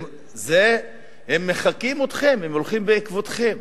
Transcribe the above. הם מחקים אתכם, הם הולכים בעקבותיכם.